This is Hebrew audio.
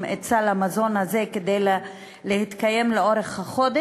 את סל המזון הזה כדי להתקיים לאורך החודש.